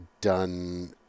done